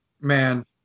Man